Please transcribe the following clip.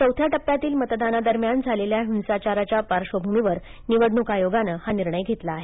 चौथ्या टप्प्यातील मतदानादरम्यान झालेल्या हिंसाचाराच्या पार्श्वभूमीवर निवडणूक आयोगानं हा निर्णय घेतला आहे